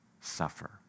suffer